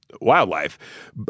wildlife